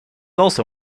also